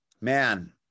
Man